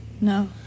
No